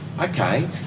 Okay